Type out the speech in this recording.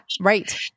right